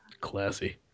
Classy